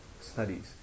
studies